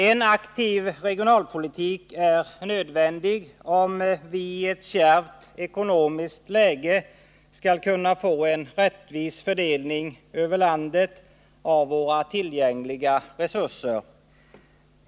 En aktiv regionalpolitik är nödvändig om vi i ett kärvt ekonomiskt läge skall kunna få en rättvis fördelning över landet av våra tillgängliga resurser.